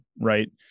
Right